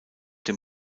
dem